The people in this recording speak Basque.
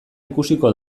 ikusiko